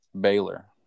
Baylor